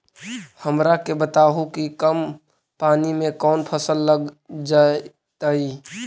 हमरा के बताहु कि कम पानी में कौन फसल लग जैतइ?